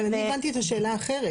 אבל אני הבנתי את השאלה אחרת.